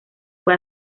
fue